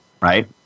right